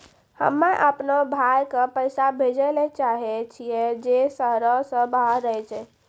हम्मे अपनो भाय के पैसा भेजै ले चाहै छियै जे शहरो से बाहर रहै छै